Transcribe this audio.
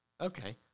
Okay